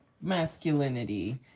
masculinity